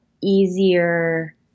easier